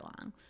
long